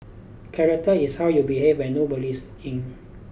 character is how you behave when nobody is looking